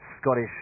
Scottish